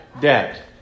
debt